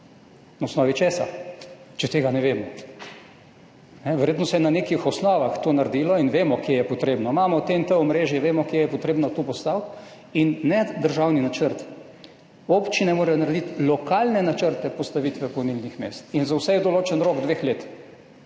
na osnovi česa, če tega ne vemo? Verjetno se je to naredilo na nekih osnovah in vemo, kje je potrebno. Imamo omrežje TNT, vemo, kje je treba to postaviti in ne državni načrt, občine morajo narediti lokalne načrte postavitve polnilnih mest in za vse je določen rok dveh let.